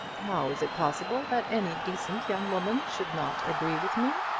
how is it possible that any decent young woman should not agree with me!